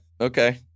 Okay